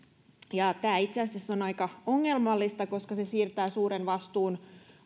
tämä itse asiassa on aika ongelmallista koska se siirtää suuren vastuun